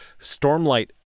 Stormlight